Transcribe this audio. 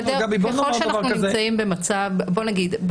בוא נגיד,